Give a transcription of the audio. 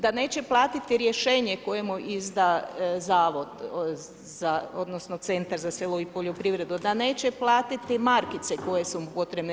Da neće platiti rješenje koje mu izda zavod za, odnosno centar za selo i poljoprivredu, da neće platiti markice koje su mu potrebne.